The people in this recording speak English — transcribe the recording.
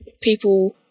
people